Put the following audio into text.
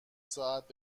ساعت